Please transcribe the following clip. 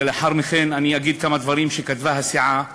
ולאחר מכן אני אגיד כמה דברים שכתבה הסיעה.